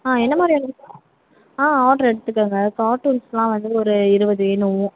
ஆ என்ன மாதிரி ஆ ஆர்ட்ரு எடுத்துக்கோங்க கார்ட்டூன்ஸ்லாம் வந்து ஒரு இருபது வேணும்